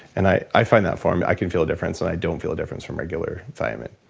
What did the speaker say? and i i find that form, i can feel a difference and i don't feel a difference from regular thiamine